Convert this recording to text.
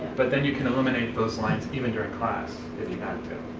but then you can eliminate those lines even during class if you had to.